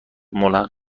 ملحق